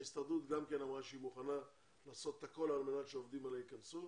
ההסתדרות אמרה גם כן שהיא מוכנה לעשות הכול על מנת שעובדים אלה ייכנסו.